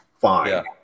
fine